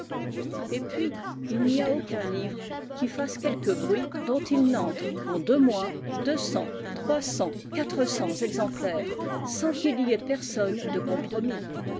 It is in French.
et puis il n'y a aucun livre qui fasse quelque bruit dont il n'entre en deux mois exemplaires sans qu'il y ait personne de compromis